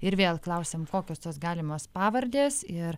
ir vėl klausėm kokios tos galimos pavardės ir